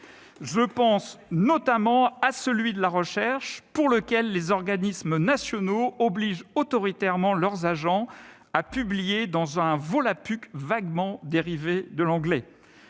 Je pense notamment à celui de la recherche, pour lequel les organismes nationaux obligent autoritairement leurs agents à publier dans un volapük vaguement dérivé de l'anglais.